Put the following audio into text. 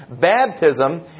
Baptism